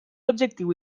objectiu